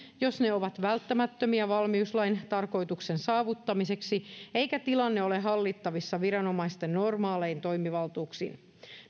jos ne ovat välttämättömiä valmiuslain tarkoituksen saavuttamiseksi eikä tilanne ole hallittavissa viranomaisten normaalein toimivaltuuksin